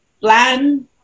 plan